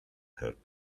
her